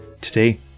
Today